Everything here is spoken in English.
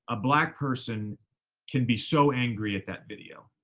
ah black person can be so angry at that video